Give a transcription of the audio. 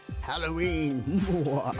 Halloween